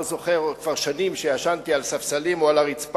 לא זוכר כבר שנים שישנתי על ספסלים או על הרצפה,